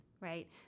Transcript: right